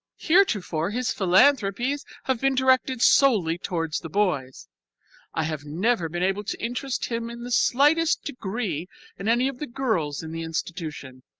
heretofore his philanthropies have been directed solely towards the boys i have never been able to interest him in the slightest degree in any of the girls in the institution,